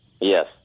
Yes